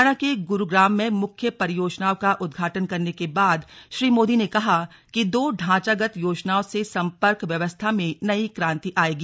हरियाणा के गुरुग्राम में मुख्य परियोजनाओं का उद्घाटन करने के बाद श्री मोदी ने कहा कि दो ढांचागत योजनाओं से संपर्क व्यवस्था में नई क्रांति आएगी